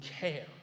care